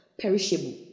perishable